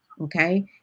okay